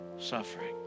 suffering